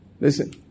Listen